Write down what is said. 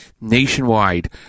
nationwide